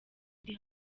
ndi